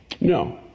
No